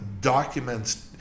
documents